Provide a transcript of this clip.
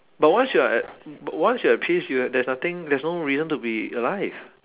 but once you're at but once you're at peace you have there's nothing there's no reason to be alive